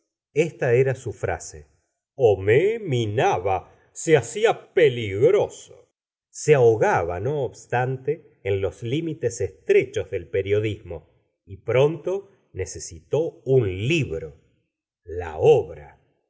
esta era sufrase chomais minaba se hacia peligroso se ahogaba no obstante en los limites estrechos del periodismo y pronto necesitó el libro la obra